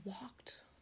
walked